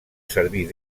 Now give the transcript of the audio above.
servir